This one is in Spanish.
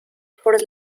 por